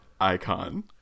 Icon